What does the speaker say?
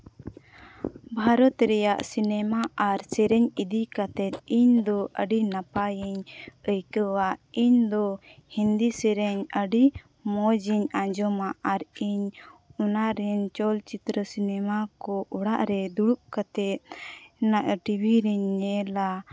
ᱵᱷᱟᱨᱚᱛ ᱨᱮᱭᱟᱜ ᱥᱤᱱᱮᱢᱟ ᱟᱨ ᱥᱮᱨᱮᱧ ᱤᱫᱤ ᱠᱟᱛᱮ ᱤᱧ ᱫᱚ ᱟᱹᱰᱤ ᱱᱟᱯᱟᱭᱤᱧ ᱟᱹᱭᱠᱟᱹᱣᱟ ᱤᱧ ᱫᱚ ᱦᱤᱱᱫᱤ ᱥᱮᱨᱮᱧ ᱟᱹᱰᱤ ᱢᱚᱡᱽ ᱤᱧ ᱟᱡᱚᱢᱟ ᱟᱨ ᱤᱧ ᱚᱱᱟ ᱨᱮᱱ ᱪᱚᱞᱪᱤᱛᱛᱨᱟᱹ ᱥᱤᱱᱮᱢᱟ ᱠᱚ ᱚᱲᱟᱜ ᱨᱮ ᱫᱩᱲᱩᱵ ᱠᱟᱛᱮ ᱚᱱᱟ ᱴᱤᱵᱤᱨᱮᱧ ᱧᱮᱞᱟ